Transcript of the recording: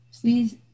please